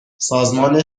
سازمان